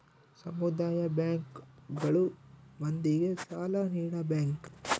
ಸಮುದಾಯ ಬ್ಯಾಂಕ್ ಗಳು ಮಂದಿಗೆ ಸಾಲ ನೀಡ ಬ್ಯಾಂಕ್